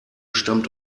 stammt